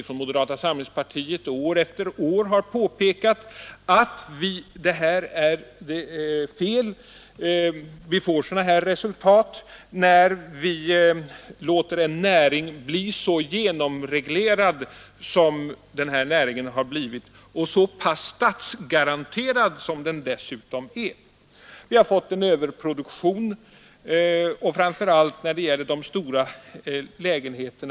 Från moderata samlingspartiets sida har år efter år påpekats att detta är fel — vi får sådana här resultat när vi låter en näring bli så genomreglerad som den här näringen har blivit och så statsgaranterad som den dessutom är. Vi har fått en överproduktion, framför allt av stora lägenheter.